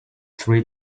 three